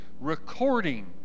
recording